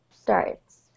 starts